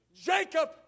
Jacob